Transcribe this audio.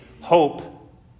hope